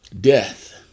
death